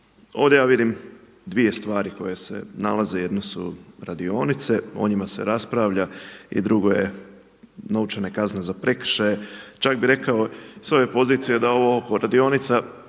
Ovdje ja vidim dvije stvari koje se nalaze. Jedno su radionice, o njima se raspravlja i drugo je novčane kazne za prekršaje. Čak bih rekao sa ove pozicije da ovo oko radionica